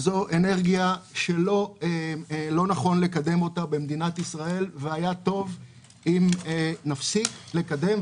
זו אנרגיה שלא נכון לקדם אותה במדינת ישראל וטוב אם נפסיק לקדם.